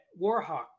warhawk